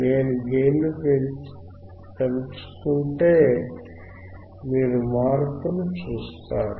నేను గెయిన్ పెంచు కుంటే మీరు మార్పు ని చూస్తారు